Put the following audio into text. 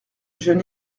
jeune